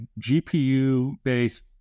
GPU-based